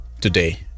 today